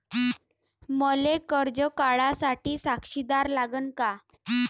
मले कर्ज काढा साठी साक्षीदार लागन का?